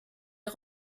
les